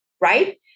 right